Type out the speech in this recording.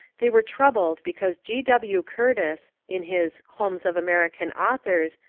they were troubled because g. w. curtis, in his homes of american authors,